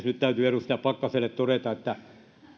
nyt täytyy edustaja pakkaselle todeta että